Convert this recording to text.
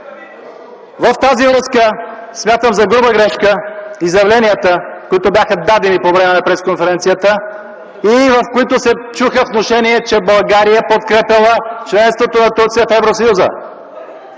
В тази връзка, смятам за груба грешка изявленията, които бяха дадени по време на пресконференцията и в които се чуха внушения, че България подкрепяла членството на Турция за Евросъюза.